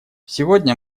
сегодня